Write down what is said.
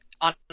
on